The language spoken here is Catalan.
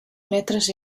metres